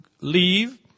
leave